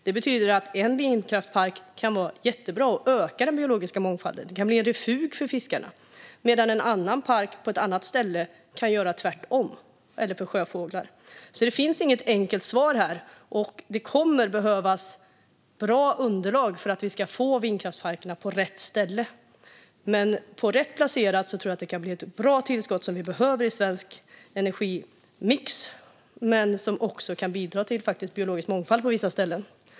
Det betyder att en vindkraftpark kan vara jättebra, öka den biologiska mångfalden och fungera som refug för fiskar och sjöfåglar medan en annan park på ett annat ställe kan göra tvärtom. Det finns alltså inget enkelt svar här. Det kommer att behövas bra underlag för att få vindkraftparkerna på rätt ställen. Rätt placerade kan de bli ett bra tillskott som behövs i svensk energimix och faktiskt också bidra till biologisk mångfald på vissa ställen.